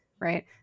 Right